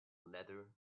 leather